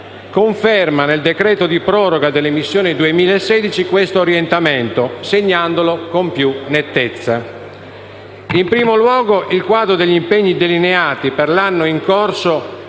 nel decreto-legge di proroga delle missioni 2016, questo orientamento, segnandolo con più nettezza.